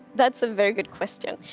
that's a very good question.